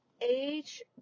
age